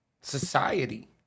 society